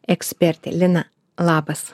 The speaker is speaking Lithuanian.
ekspertė lina labas